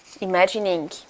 imagining